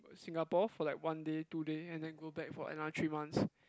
Singapore for like one day two day and then go back for another three months